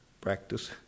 practice